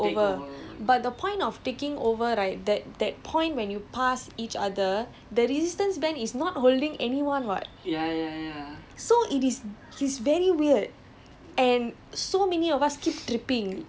so you don't have to turn you just need to take takeover but the point of taking over right that that point when you pass each other the resistance band is not holding anyone what